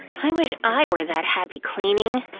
i wish i were that happy cleaning!